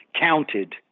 counted